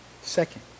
Second